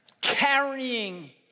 carrying